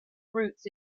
roots